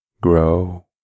grow